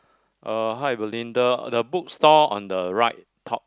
uh hi Belinda the book store on the right top